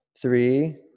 three